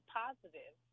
positive